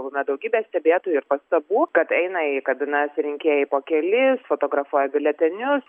būna daugybę stebėtojų pastabų kad eina į kabinas rinkėjai po kelis fotografuoja biuletenius